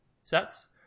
sets